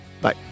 Bye